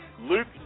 Luke